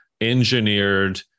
engineered